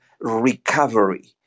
recovery